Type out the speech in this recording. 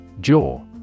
Jaw